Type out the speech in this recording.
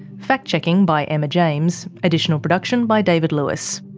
fact checking by emma james. additional production by david lewis.